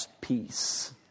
peace